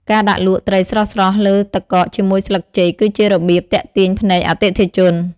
ការដាក់លក់ ត្រីស្រស់ៗលើទឹកកកជាមួយស្លឹកចេកគឺជារបៀបទាក់ទាញភ្នែកអតិថិជន។